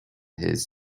his